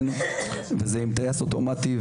וזה עם טייס אוטומטי,